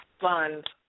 fund